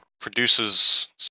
produces